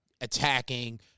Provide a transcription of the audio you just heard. attacking